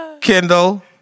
Kendall